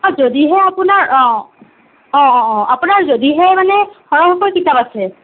আৰু যদিয়ে আপোনাৰ অঁ অঁ অঁ আপোনাৰ যদিহে মানে সৰহকৈ কিতাপ আছে